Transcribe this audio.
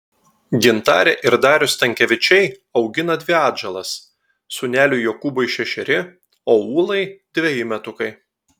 gintarė ir darius stankevičiai augina dvi atžalas sūneliui jokūbui šešeri o ūlai dveji metukai